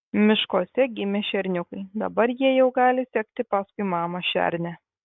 miškuose gimė šerniukai dabar jie jau gali sekti paskui mamą šernę